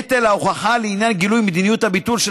נטל ההוכחה לעניין גילוי מדיניות הביטול של